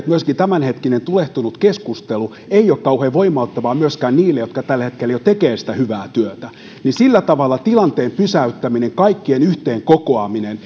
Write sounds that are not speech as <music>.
<unintelligible> myöskään tämänhetkinen tulehtunut keskustelu ei ole kauhean voimauttavaa myöskään niille jotka tällä hetkellä jo tekevät sitä hyvää työtä sillä tavalla tilanteen pysäyttäminen kaikkien yhteen kokoaminen <unintelligible>